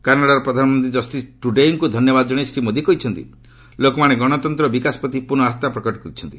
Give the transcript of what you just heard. କାନାଡ଼ାର ପ୍ରଧାନମନ୍ତ୍ରୀ ଜଷ୍ଟିନ୍ ଟ୍ରୁଡେୟୁଙ୍କୁ ଧନ୍ୟବାଦ ଜଣାଇ ଶ୍ରୀ ମୋଦି କହିଛନ୍ତି ଲୋକମାନେ ଗଣତନ୍ତ୍ର ଓ ବିକାଶ ପ୍ରତି ପୁନଃ ଆସ୍ଥା ପ୍ରକଟ କରିଛନ୍ତି